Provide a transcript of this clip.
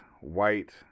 white